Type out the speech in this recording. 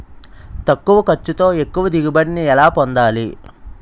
తక్కువ ఖర్చుతో ఎక్కువ దిగుబడి ని ఎలా పొందాలీ?